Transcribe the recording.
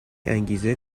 انگیزه